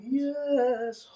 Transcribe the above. yes